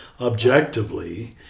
objectively